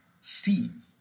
steam